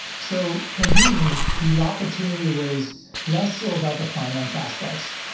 so for me, the opportunity was less so about the finance aspects.